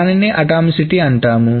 దానినే అటామిసిటీ అంటాం